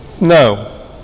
No